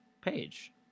page